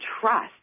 trust